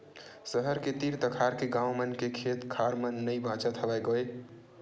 सहर के तीर तखार के गाँव मन के खेत खार मन नइ बाचत हवय गोय